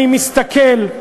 אני מסתכל,